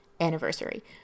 anniversary